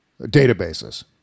databases